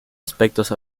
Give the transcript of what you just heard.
aspectos